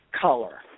color